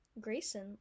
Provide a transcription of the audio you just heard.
Grayson